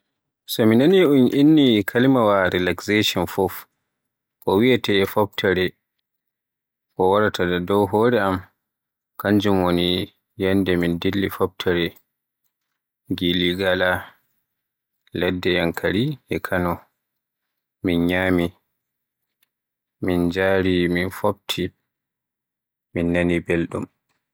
So mi nani un inni kalimaawa relaxation fuf ko wiyeete "Foftere" ko waraata dow hore am, kanjum woni yannde min dilli foftere giligala ladde Yankari e Kano. Min nyami, min njaari, min fofti, min nani belɗum.